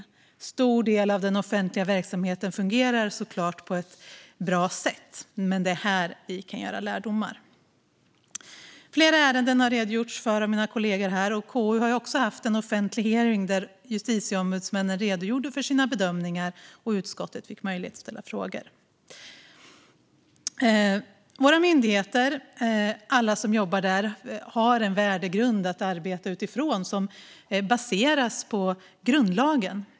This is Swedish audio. En stor del av den offentliga verksamheten fungerar såklart på ett bra sätt, men det är genom det här vi kan dra lärdomar. Flera ärenden har mina kollegor redogjort för, och KU har även haft en offentlig hearing där justitieombudsmännen redogjorde för sina bedömningar och utskottet fick möjlighet att ställa frågor. Våra myndigheter och alla som jobbar där har en värdegrund att arbeta utifrån som baseras på grundlagen.